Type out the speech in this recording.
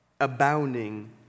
abounding